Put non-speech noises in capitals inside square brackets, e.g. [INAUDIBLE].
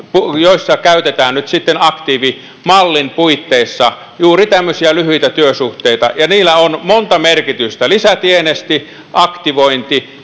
joissa käytetään nyt sitten aktiivimallin puitteissa juuri tämmöisiä lyhyitä työsuhteita niillä on monta merkitystä lisätienesti aktivointi [UNINTELLIGIBLE]